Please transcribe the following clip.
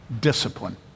discipline